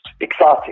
Exciting